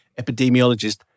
epidemiologist